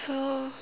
so